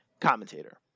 commentator